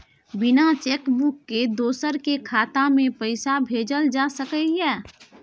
बिना cheque book के दोसर के खाता में पैसा भेजल जा सकै ये?